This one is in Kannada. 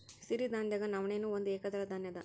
ಸಿರಿಧಾನ್ಯದಾಗ ನವಣೆ ನೂ ಒಂದ ಏಕದಳ ಧಾನ್ಯ ಇದ